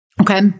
Okay